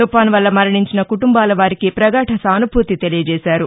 తుఫాన్ వల్ల మరణించిన కుటుంబాల వారికి ప్రగాధ సానూభూతి తెలియజేశారు